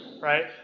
right